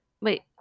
Wait